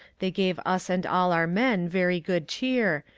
they gave us and all our men very good cheer,